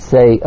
Say